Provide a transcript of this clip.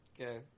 Okay